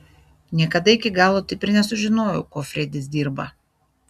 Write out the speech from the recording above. niekada iki galo taip ir nesužinojau kuo fredis dirba